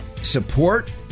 support